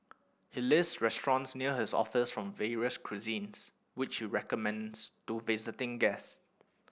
he list restaurants near his office from various cuisines which he recommends to visiting guest